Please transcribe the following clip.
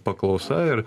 paklausa ir